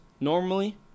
normally